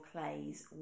clays